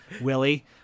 Willie